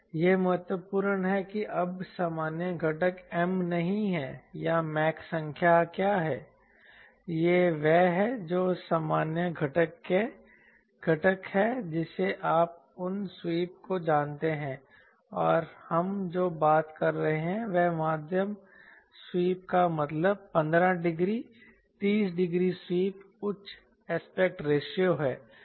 यह महत्वपूर्ण है कि अब सामान्य घटक M नहीं है या मैक संख्या क्या है यह वह है जो सामान्य घटक है जिसे आप उन स्वीप को जानते हैं और हम जो बात कर रहे हैं वह मध्यम स्वीप का मतलब 15 डिग्री 30 डिग्री स्वीप उच्च एस्पेक्ट रेशियो है